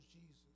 Jesus